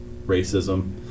racism